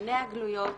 כשפניה גלויות,